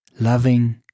loving